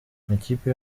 amakipe